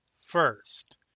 first